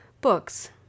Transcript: books